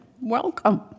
Welcome